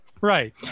Right